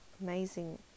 Amazing